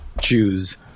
choose